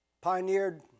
Pioneered